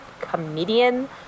comedian